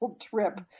trip